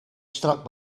struck